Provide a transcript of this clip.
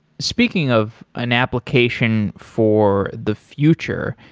speaking of an application for the future,